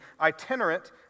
itinerant